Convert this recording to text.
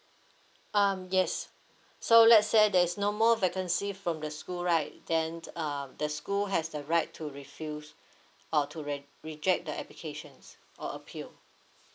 um yes so let's say there is no more vacancy from the school right then the um the school has the right to refuse or to rej~ reject the applications or appeal